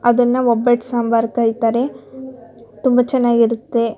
ಅದನ್ನ ಒಬ್ಬಟ್ಟು ಸಾಂಬರು ಕರಿತಾರೆ ತುಂಬ ಚೆನ್ನಾಗಿರುತ್ತೆ